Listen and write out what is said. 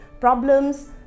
problems